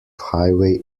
highway